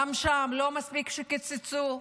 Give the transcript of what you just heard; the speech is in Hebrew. גם שם לא מספיק שקיצצו,